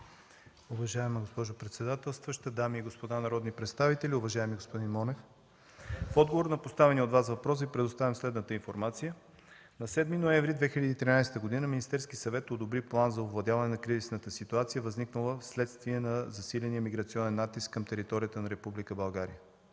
Уважаема госпожо председателстваща, дами и господа народни представители! Уважаеми господин Монев, в отговор на поставения от Вас въпрос Ви предоставям следната информация. На 7 ноември 2013 г. Министерският съвет одобри План за овладяване на кризисната ситуация, възникнала вследствие на засиления миграционен натиск към територията на Република България.